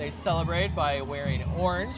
they celebrate by wearing an orange